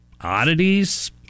oddities